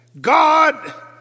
God